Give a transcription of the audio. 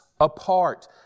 apart